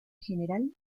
general